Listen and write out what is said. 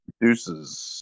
Deuces